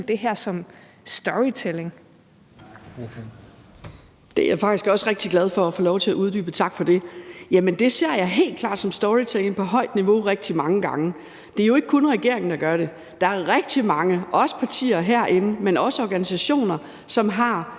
21:42 Mona Juul (KF): Det er jeg faktisk også rigtig glad for at få lov til at uddybe, tak for det. Jamen det ser jeg helt klart som storytelling på højt niveau rigtig mange gange. Det er jo ikke kun regeringen, der gør det. Der er rigtig mange, både partier herinde, men også organisationer, som har